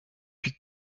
puis